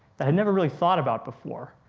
that i never really thought about before.